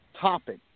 Topic